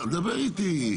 דבר איתי.